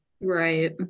Right